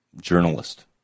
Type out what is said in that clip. journalist